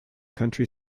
country